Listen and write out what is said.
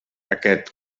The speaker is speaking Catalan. aquest